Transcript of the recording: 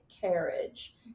carriage